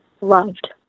loved